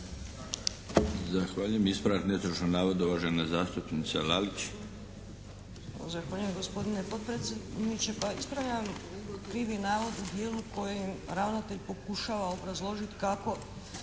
Zahvaljujem. Ispravak netočnog navoda uvažena zastupnica Lalić.